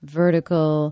vertical